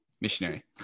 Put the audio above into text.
missionary